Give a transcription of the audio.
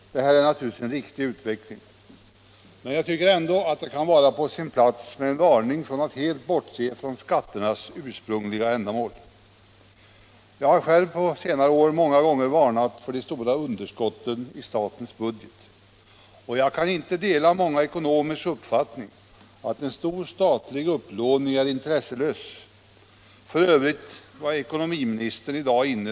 Detta är naturligtvis riktigt, men jag tycker ändå att det kan vara på sin plats med en varning för att helt bortse från skatternas ursprungliga ändamål. Jag har på senare år många gånger varnat för de stora underskotten i statens budget. Jag kan inte dela många ekonomers uppfattning att en stor statlig upplåning är intresselös. Ekonomiministern var f.ö.